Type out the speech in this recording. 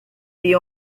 the